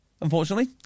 unfortunately